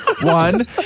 One